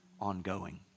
ongoing